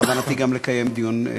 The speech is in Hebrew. ובכוונתי גם לקיים דיון.